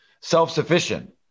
self-sufficient